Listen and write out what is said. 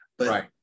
Right